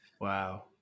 Wow